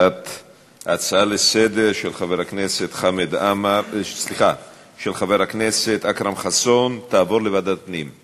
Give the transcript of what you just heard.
ההצעה לסדר-היום של חבר הכנסת אכרם חסון תעבור לוועדת הפנים.